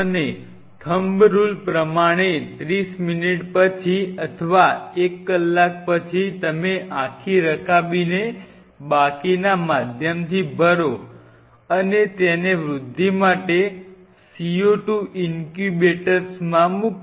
અને thumb rule પ્રમાણે 30 minute પછી અથવા એક કલાક પછી તમે આખી રકાબીને બાકીના માધ્યમથી ભરો અને તેને વૃદ્ધિ માટે CO2 ઇન્ક્યુબેટરમાં મૂકો